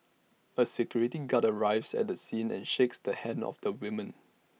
A security guard arrives at the scene and shakes the hand of the woman